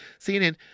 CNN